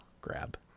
grab